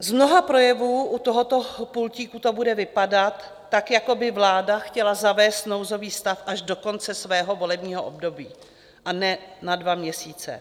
Z mnoha projevů u tohoto pultíku to bude vypadat, jako by vláda chtěla zavést nouzový stav až do konce svého volebního období, a ne na dva měsíce.